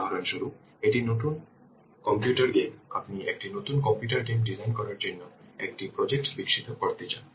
উদাহরণস্বরূপ একটি নতুন কম্পিউটার গেম আপনি একটি নতুন কম্পিউটার গেম ডিজাইন করার জন্য একটি প্রজেক্ট বিকশিত করতে চান